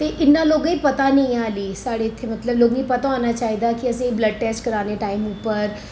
ते इन्ना लोकें गी पता नेईं ऐ हल्ली साढ़े इत्थे मतलब लोकें गी पता होना चाहिदा कि असेंगी बल्ड टेस्ट कराने टाइम उप्पर